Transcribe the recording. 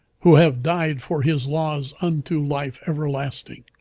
who have died for his laws, unto life everlasting